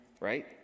right